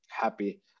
happy